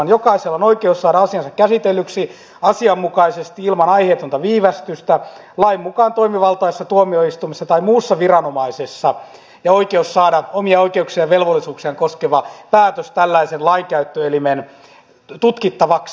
jokaisella on oikeus saada asiansa käsitellyksi asianmukaisesti ilman aiheetonta viivästystä lain mukaan toimivaltaisessa tuomioistuimessa tai muussa viranomaisessa ja oikeus saada omia oikeuksiaan ja velvollisuuksiaan koskeva päätös tällaisen lainkäyttöelimen tutkittavaksi